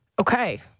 Okay